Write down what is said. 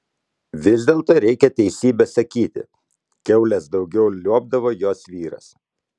vis dėlto reikia teisybę sakyti kiaules daugiau liuobdavo jos vyras